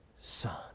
son